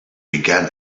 began